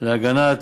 להגנת